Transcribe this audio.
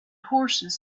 horses